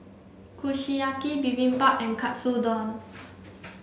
Kushiyaki Bibimbap and Katsudon